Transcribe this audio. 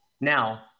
Now